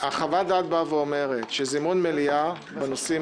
חוות הדעת באה ואומרת שזימון מליאה בנושאים